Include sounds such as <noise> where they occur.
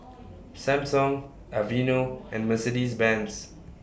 <noise> Samsung Aveeno and Mercedes Benz